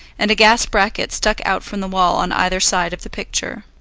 and a gas bracket stuck out from the wall on either side of the picture.